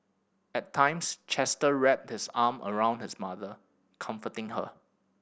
at times Chester wrapped this arm around his mother comforting her